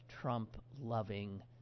Trump-loving